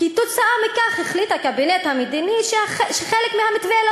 כתוצאה מכך החליט הקבינט המדיני שחלק מהמתווה לא